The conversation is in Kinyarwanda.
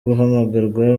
guhamagarwa